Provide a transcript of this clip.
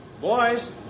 Boys